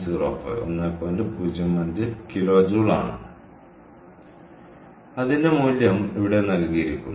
05 kilo joule ആണ് അതിന്റെ മൂല്യം ഇവിടെ നൽകിയിരിക്കുന്നു